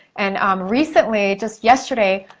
and recently, just yesterday,